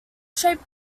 shape